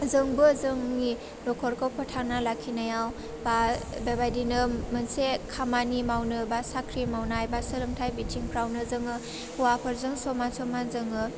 जोंबो जोंनि नखरखौ फोथांना लाखिनायाव बा बेबायदिनो मोनसे खामानि मावनो बा साख्रि मावनाय बा सोलोंथाइ बिथिंफ्रावनो जोङो हौवाफोरजों समान समान जोङो